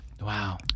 wow